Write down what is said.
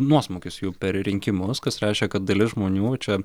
nuosmukis jų per rinkimus kas reiškia kad dalis žmonių čia